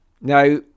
Now